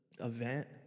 event